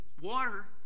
water